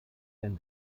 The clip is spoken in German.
denn